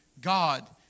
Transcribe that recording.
God